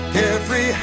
Carefree